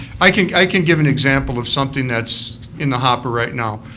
i can i can give an example of something that's in the hopper right now.